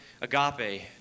agape